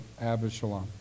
Abishalom